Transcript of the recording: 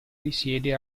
risiede